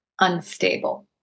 unstable